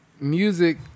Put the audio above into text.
music